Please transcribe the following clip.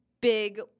big